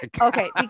okay